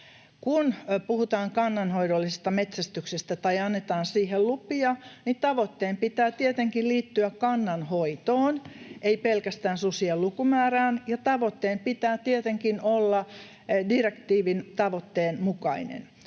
Kun puhutaan kannanhoidollisesta metsästyksestä tai annetaan siihen lupia, niin tavoitteen pitää tietenkin liittyä kannanhoitoon, ei pelkästään susien lukumäärään, ja tavoitteen pitää tietenkin olla direktiivin tavoitteen mukainen.